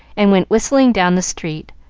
and went whistling down the street,